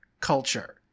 culture